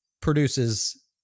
produces